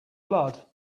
blood